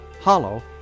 hollow